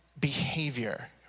behavior